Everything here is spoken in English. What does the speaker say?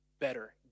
better